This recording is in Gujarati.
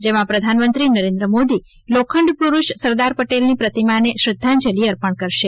જેમાં પ્રધાનમંત્રી નરેન્યે મોદી લોખંડી પુરૂષ સરદાર પટેલની પ્રતિમાને શ્રધ્ધાંજલી અર્પણ કરશે